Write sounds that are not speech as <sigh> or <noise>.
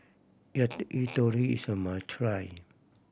<unintelligible> yakitori is a must try